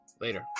Later